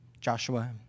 Joshua